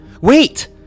Wait